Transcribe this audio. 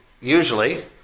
usually